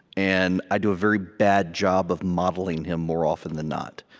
and i do a very bad job of modeling him, more often than not,